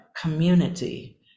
community